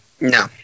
no